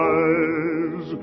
eyes